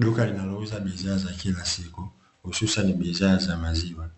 Duka linalouza bidhaa za kila siku hususani bidhaa za maziwa,